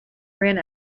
ran